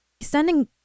standing